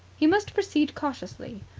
he must proceed cautiously.